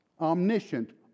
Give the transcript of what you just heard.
Omniscient